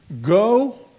go